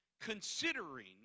considering